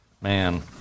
man